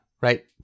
right